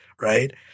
right